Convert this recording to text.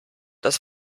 das